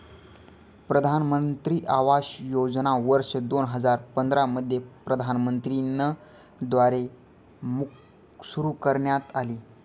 प्रधानमंत्री आवास योजना वर्ष दोन हजार पंधरा मध्ये प्रधानमंत्री न द्वारे सुरू करण्यात आली